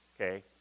Okay